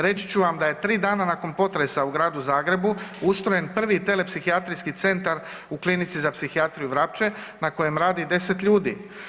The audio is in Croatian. Reći ću vam da je 3 dana nakon potresa u Gradu Zagrebu ustrojen prvi telepsihijatrijski centar u Klinici za psihijatriju Vrapče na kojem radi 10 ljudi.